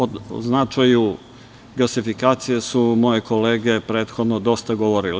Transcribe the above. O značaju gasifikacije su moje kolege prethodno dosta govorile.